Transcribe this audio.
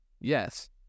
Yes